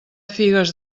figues